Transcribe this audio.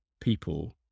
people